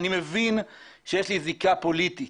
אני מבין שיש לי זיקה פוליטית